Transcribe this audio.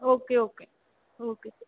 okay okay okay